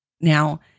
Now